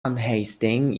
unhasting